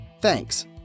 thanks